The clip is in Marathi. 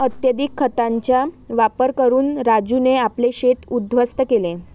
अत्यधिक खतांचा वापर करून राजूने आपले शेत उध्वस्त केले